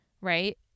Right